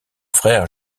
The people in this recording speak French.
frère